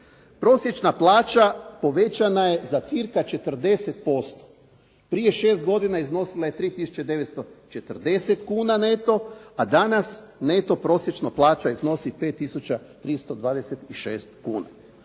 Prosječna plaća povećana je za cirka 40%. Prije 6 godina iznosila je 3 tisuće 940 kuna, a danas neto prosječna plaća iznosi 5 tisuća